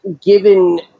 given